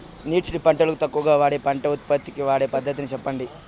నీటిని పంటలకు తక్కువగా వాడే పంట ఉత్పత్తికి వాడే పద్ధతిని సెప్పండి?